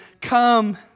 come